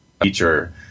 feature